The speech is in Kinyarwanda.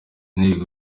intego